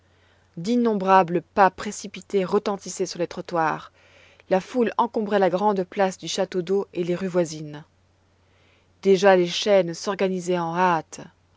d'innombrables pas précipités retentissaient sur les trottoirs la foule encombrait la grande place du château-d'eau et les rues voisines déjà les chaînes s'organisaient en hâte